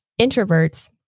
Introverts